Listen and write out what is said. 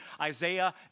Isaiah